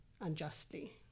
unjustly